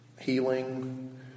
healing